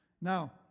Now